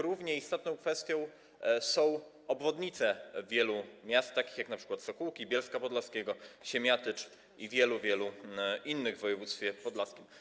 Równie istotną kwestią są obwodnice wielu miast, jak np. Sokółki, Bielska Podlaskiego, Siemiatycz i wielu innych w województwie podlaskim.